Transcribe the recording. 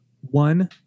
One